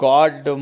God